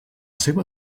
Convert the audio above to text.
seva